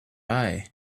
eye